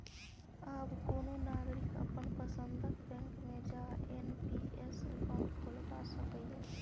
आब कोनो नागरिक अपन पसंदक बैंक मे जा एन.पी.एस अकाउंट खोलबा सकैए